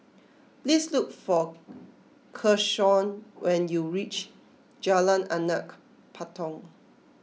please look for Keshaun when you reach Jalan Anak Patong